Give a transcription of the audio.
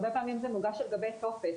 הרבה פעמים זה מוגש על גבי טופס,